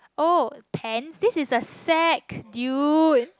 oh pen this is the sack dude